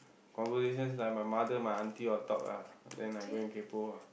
conversation like my mother my auntie all talk lah then I go and kaypoh ah